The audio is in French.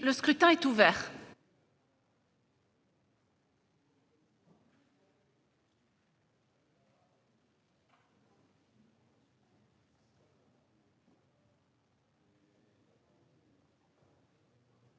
Le scrutin est ouvert.